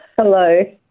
Hello